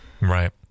Right